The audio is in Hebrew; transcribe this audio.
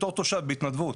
בתור תושב בהתנדבות,